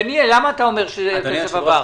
דניאל, למה אתה אומר שהכסף אמר?